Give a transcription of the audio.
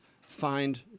find